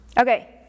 Okay